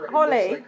Holly